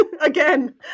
again